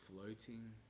floating